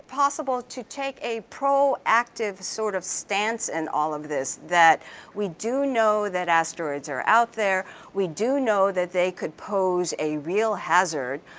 possible to take a proactive sort of stance in and all of this, that we do know that asteroids are out there, we do know that they could pose a real hazard,